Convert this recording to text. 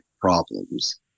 problems